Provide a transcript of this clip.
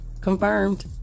confirmed